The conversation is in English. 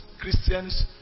Christians